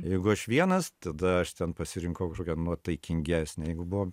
jeigu aš vienas tada aš ten pasirinkau kažkokią nuotaikingesnę jeigu buvo